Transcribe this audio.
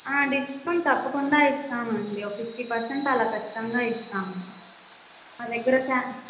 ఆ డిస్కౌంట్ తప్పకుండా ఇస్తామండి ఒక ఫిఫ్టీ పర్సెంట్ అలా ఖచ్చింగా ఇస్తాము మా దగ్గర శారీ